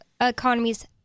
economies